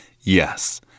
Yes